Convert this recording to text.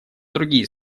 другие